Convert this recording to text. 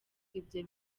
ibyo